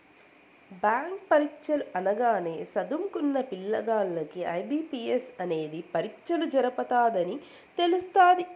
bank పరీచ్చలు అనగానే సదుంకున్న పిల్లగాల్లకి ఐ.బి.పి.ఎస్ అనేది పరీచ్చలు జరపతదని తెలస్తాది